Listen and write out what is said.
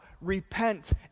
repent